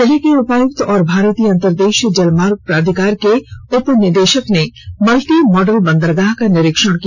जिले के उपायुक्त और भारतीय अंतर्देशीय जलमार्ग प्राधिकार के उपनिदेशक ने मल्टीमॉडल बंदरगाह का निरीक्षण किया